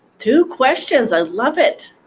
two questions? i love it.